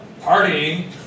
partying